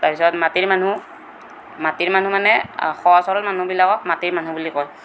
তাৰ পিছত মাটিৰ মানুহ মাটিৰ মানুহ মানে সহজ সৰল মানুহ বিলাকক মাটিৰ মানুহ বুলি কয়